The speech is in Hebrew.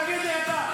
תגידו לי אתה.